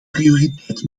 prioriteit